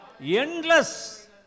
endless